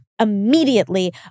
immediately